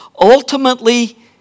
Ultimately